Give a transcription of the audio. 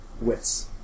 wits